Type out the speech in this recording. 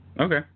Okay